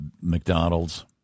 McDonald's